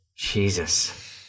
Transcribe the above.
Jesus